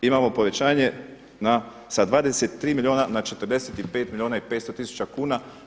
Imamo povećanje sa 23 milijuna na 45 milijuna i 500 tisuća kuna.